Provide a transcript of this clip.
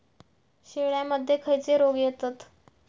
शेळ्यामध्ये खैचे रोग येतत?